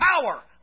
power